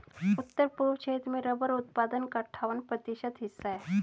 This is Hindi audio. उत्तर पूर्व क्षेत्र में रबर उत्पादन का अठ्ठावन प्रतिशत हिस्सा है